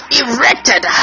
erected